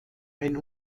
ein